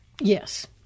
Yes